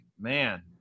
man